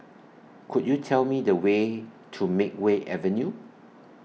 Could YOU Tell Me The Way to Makeway Avenue